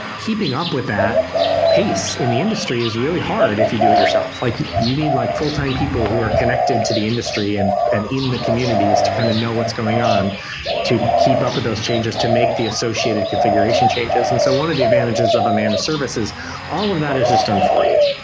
keeping up with that pace in the industry is really hard if you do it yourself. like you you need like fulltime people who are connected to the industry and and in the communities to kind of know what's going on to keep up with those changes to make the associated configuration changes. and so one of the advantages of a manage service all of that is just done for you,